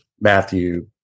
matthew